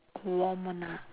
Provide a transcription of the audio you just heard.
warm one ah